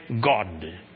God